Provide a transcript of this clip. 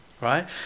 right